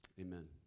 Amen